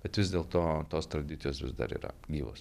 bet vis dėlto tos tradicijos vis dar yra gyvos